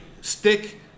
stick